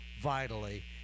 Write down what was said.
vitally